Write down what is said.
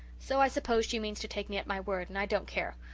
so i suppose she means to take me at my word and i don't care,